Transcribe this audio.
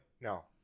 no